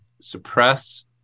suppress